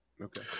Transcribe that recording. Okay